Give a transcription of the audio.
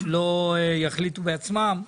לא יחליטו בעצמם.